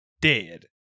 dead